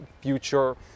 future